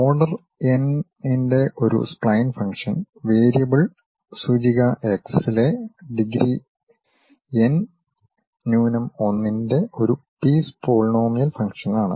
order എൻ ന്റെ ഒരു സ്പ്ലൈൻ ഫംഗ്ഷൻ വേരിയബിൾ സൂചിക x ലെ ഡിഗ്രി n 1 ന്റെ ഒരു പീസ് പോളിനോമിയൽ ഫംഗ്ഷനാണ്